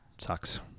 Sucks